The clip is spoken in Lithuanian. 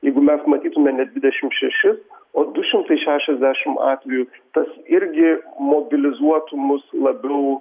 jeigu mes matytume ne dvidešim šešis o du šimtai šešiasdešim atvejų tas irgi mobilizuotų mus labiau